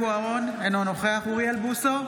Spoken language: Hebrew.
בוארון, אינו נוכח אוריאל בוסו,